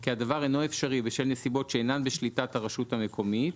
כי הדבר אינו אפשרי בשל נסיבות שאינן בשליטת הרשות המקומית,